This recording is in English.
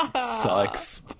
sucks